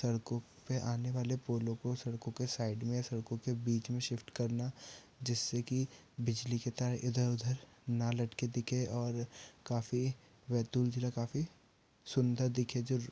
सड़कों पे आने वाले पोलों को सड़कों के साइड में सड़कों के बीच में शिफ्ट करना जिससे की बिजली के तार इधर उधर ना लटके दिखे और काफ़ी बैतूल जिला काफ़ी सुंदर दिखे जो